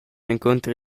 encunter